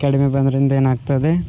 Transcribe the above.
ಕಡಿಮೆ ಬಂದುದರಿಂದ ಏನಾಗ್ತದೆ